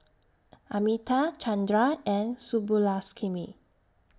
Amitabh Chandra and